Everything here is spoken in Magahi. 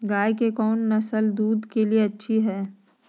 गाय के कौन नसल दूध के लिए अच्छा है?